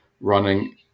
running